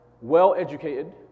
well-educated